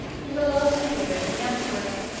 in the last period of the empire,